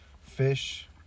fish